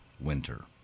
winter